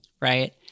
right